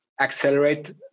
accelerate